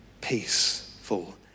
peaceful